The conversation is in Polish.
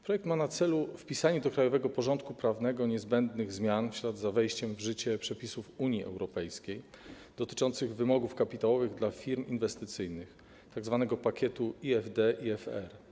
Projekt ma na celu wpisanie do krajowego porządku prawnego niezbędnych zmian w ślad za wejściem w życie przepisów Unii Europejskiej dotyczących wymogów kapitałowych dla firm inwestycyjnych, tzw. pakietu IFD/IFR.